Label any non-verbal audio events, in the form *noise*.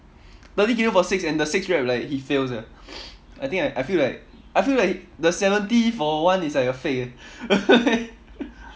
thirty kilo for six and the six rep like he fail sia *noise* I think I I feel like I feel like the seventy for one is like a fake eh *laughs*